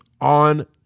on